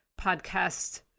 podcast